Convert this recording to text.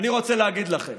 אני רוצה להגיד לכם: